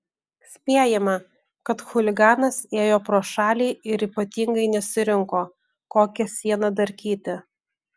spėjama kad chuliganas ėjo pro šalį ir ypatingai nesirinko kokią sieną darkyti